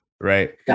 right